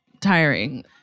tiring